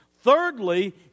Thirdly